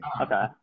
Okay